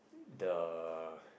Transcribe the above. the